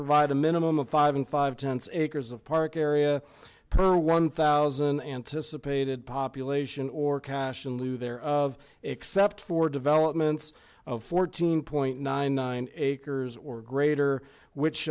provide a minimum of five in five tenths acres of park area per one thousand anticipated population or cash in lieu there of except for developments of fourteen point nine nine acres or greater which